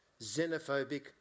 xenophobic